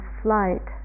flight